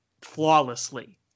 flawlessly